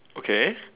okay